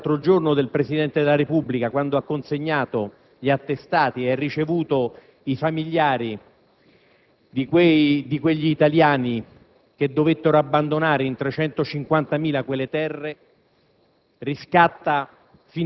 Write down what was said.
Le affermazioni dell'altro giorno del Presidente della Repubblica, quando ha consegnato gli attestati e ricevuto i familiari degli italiani che dovettero abbandonare, in 350.000, quelle terre,